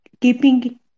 keeping